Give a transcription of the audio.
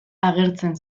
agertzen